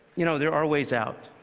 you know, there are ways out.